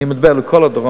אני מדבר על כל הדרום.